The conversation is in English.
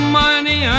money